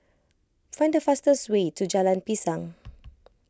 find the fastest way to Jalan Pisang